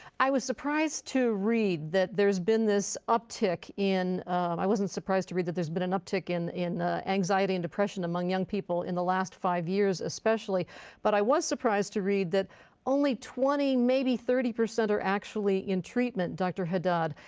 i was surprised to read that there's been this uptick in i wasn't surprised to read that there's been an uptick in in anxiety and depression among young people in the last five years especially but i was surprised to read that only twenty percent maybe thirty percent are actually in treatment dr. haddad.